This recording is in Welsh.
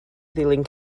ddilyn